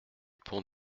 pont